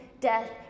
death